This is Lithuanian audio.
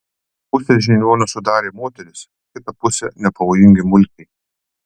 pusę žiniuonių sudarė moterys kitą pusę nepavojingi mulkiai